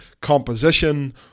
composition